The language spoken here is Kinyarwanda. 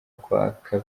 kwaka